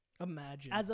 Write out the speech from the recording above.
Imagine